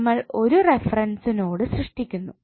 നമ്മൾ ഒരു reference node സൃഷ്ടിക്കുന്നു